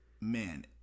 man